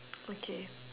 okay